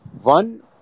one